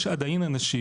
יש עדיין אנשים,